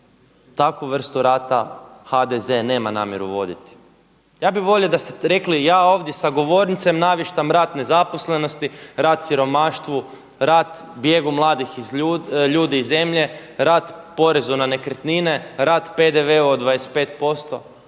takvu vrstu rata HDZ-e nema namjeru voditi. Ja bih volio da ste rekli, ja ovdje sa govornice naviještam rat nezaposlenosti, rat siromaštvu, rat bijegu mladih ljudi iz zemlje, rat porezu na nekretnine, rat PDV-a od 25%,